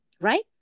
right